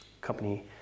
company